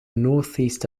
northeast